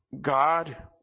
God